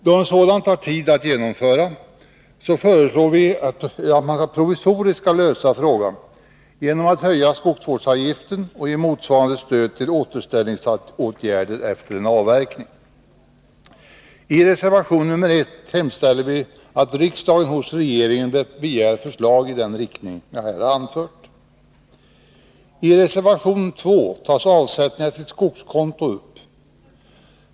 Då en sådan tar tid att genomföra, föreslår vi att man provisoriskt skall lösa frågan genom att höja skogsvårdsavgiften och ge motsvarande stöd till återställningsåtgärder efter en avverkning. I reservation 1 hemställer vi att riksdagen hos regeringen begär förslag i den riktning jag här anfört. I reservation 2 tas avsättningarna till skogskonto upp.